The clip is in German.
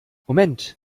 moment